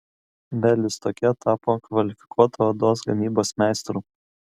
bialystoke tapo kvalifikuotu odos gamybos meistru